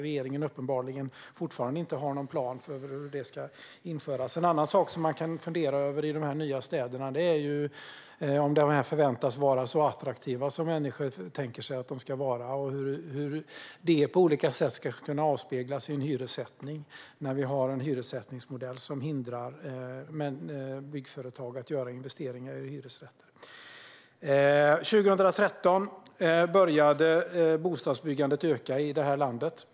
Regeringen har uppenbarligen fortfarande ingen plan för hur det ska göras. En annan sak som man kan fundera över med de nya städerna är om de förväntas vara så pass attraktiva som människor tänker att de ska vara. Hur ska det kunna avspeglas i en hyressättning på olika sätt när vi har en hyressättningsmodell som hindrar byggföretag från att göra investeringar i hyresrätter? År 2013 började bostadsbyggandet öka i landet.